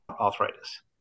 arthritis